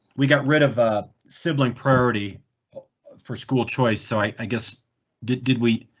we got rid of ah sibling priority for school choice so i guess did did we.